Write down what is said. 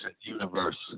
universe